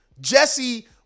jesse